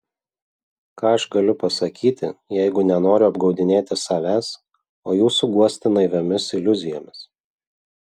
ką aš galiu pasakyti jeigu nenoriu apgaudinėti savęs o jūsų guosti naiviomis iliuzijomis